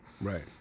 Right